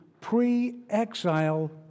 pre-exile